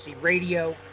radio